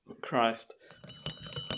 Christ